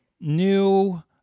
new